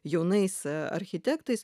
jaunais architektais